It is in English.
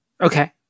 Okay